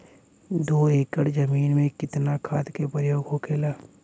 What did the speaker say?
दो एकड़ जमीन में कितना खाद के प्रयोग होखेला?